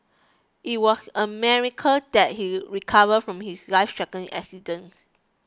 it was a miracle that he recovered from his lifethreatening accident